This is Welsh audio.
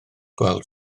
gweld